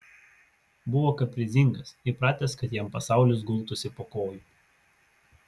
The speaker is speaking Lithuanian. buvo kaprizingas įpratęs kad jam pasaulis gultųsi po kojų